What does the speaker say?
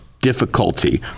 difficulty